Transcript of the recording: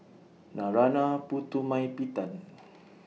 Narana Putumaippittan